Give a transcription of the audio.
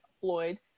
Floyd